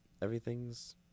Everything's